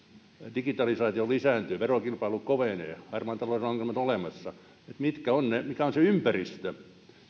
digitalisaatio lisääntyy verokilpailu kovenee harmaan talouden ongelmat ovat olemassa mikä on se ympäristö